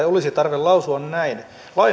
olisi tarve lausua näin